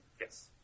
Yes